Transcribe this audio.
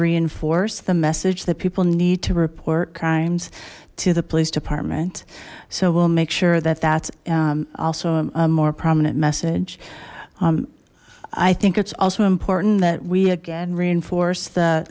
reinforce the message that people need to report crimes to the police department so we'll make sure that that's also a more prominent message i think it's also important that we again reinforce